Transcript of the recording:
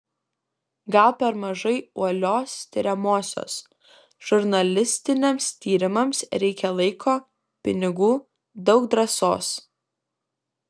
gal per mažai uolios tiriamosios žurnalistiniams tyrimams reikia laiko pinigų daug drąsos